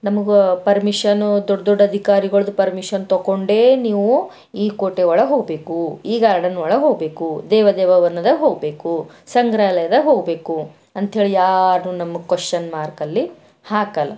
ನಮಗೆ ಪರ್ಮಿಷನು ದೊಡ್ಡ ದೊಡ್ಡ ಅಧಿಕಾರಿಗಳದ್ದು ಪರ್ಮಿಷನ್ ತಕ್ಕೊಂಡೇ ನೀವು ಈ ಕೋಟೆ ಒಳಗೆ ಹೋಗ್ಬೇಕು ಈ ಗಾರ್ಡನ್ ಒಳಗೆ ಹೋಗ್ಬೇಕು ದೇವ ದೇವ ವನದಾಗೆ ಹೋಗ್ಬೇಕು ಸಂಗ್ರಾಲಯದಾಗೆ ಹೋಗ್ಬೇಕು ಅಂಥೇಳೀ ಯಾರುನೂ ನಮಗೆ ಕ್ವೆಶನ್ ಮಾರ್ಕಲ್ಲಿ ಹಾಕಲ್ಲ